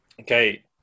Okay